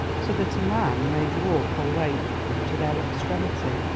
so that a man may walk or wade to their extremity,